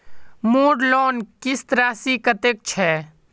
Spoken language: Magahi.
मोर लोन किस्त राशि कतेक छे?